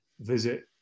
visit